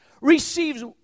receives